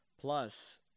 Plus